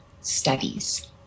studies